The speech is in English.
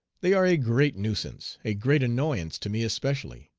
they are a great nuisance, a great annoyance to me especially.